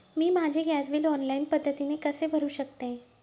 मी माझे gas bill online पद्धतीने कसे भरु शकते?